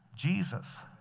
Jesus